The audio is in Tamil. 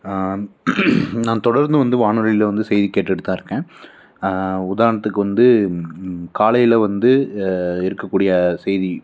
நான் தொடர்ந்து வந்து வானொலியில் வந்து செய்தியை கேட்டுகிட்டு தான் இருக்கேன் உதாரணத்துக்கு வந்து காலையில் வந்து இருக்கக்கூடிய செய்தி